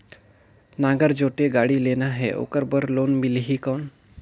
नागर जोते गाड़ी लेना हे ओकर बार लोन मिलही कौन?